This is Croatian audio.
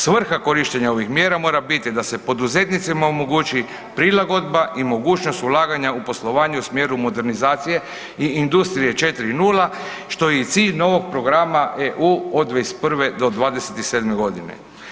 Svrha korištenja ovih mjera mora biti da se poduzetnicima omogući prilagodba i mogućnost ulaganja u poslovanja u smjeru modernizacije i industrije 4.0, što je i cilj novog programa Eu od 2021. do 2027. godine.